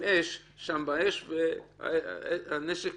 באח והנשק